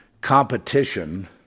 competition